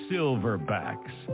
Silverbacks